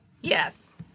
Yes